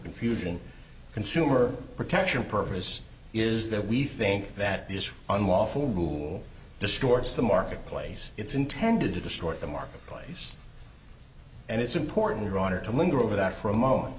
confusion consumer protection purpose is that we think that these unlawful rule distorts the marketplace it's intended to distort the marketplace and it's important rauner to linger over that for a moment